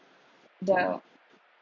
the